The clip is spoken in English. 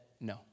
no